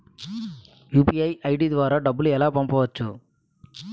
UPI ID ద్వారా డబ్బులు ఎలా పంపవచ్చు?